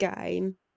game